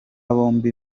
bombi